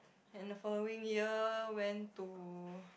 and the following year went to